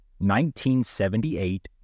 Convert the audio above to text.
1978